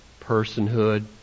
personhood